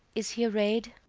is he array'd?